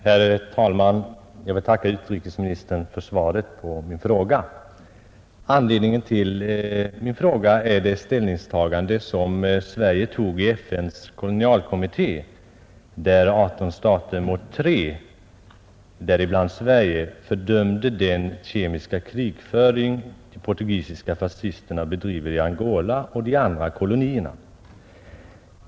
Herr talman! Jag vill tacka utrikesministern för svaret på min fråga. Anledningen till min fråga är det ställningstagande som Sverige gjorde i FN:s kolonialkommitté, där 18 stater mot 3 — däribland Sverige — fördömde den kemiska krigföring de portugisiska fascisterna bedriver i Angola och de andra kolonierna.